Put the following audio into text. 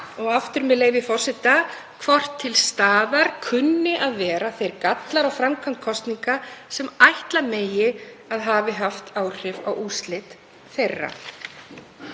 að úrskurða um hvort til staðar kunni að vera þeir gallar á framkvæmd kosninga sem ætla megi að hafi haft áhrif á úrslit þeirra,